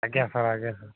ଆଜ୍ଞା ସାର୍ ଆଜ୍ଞା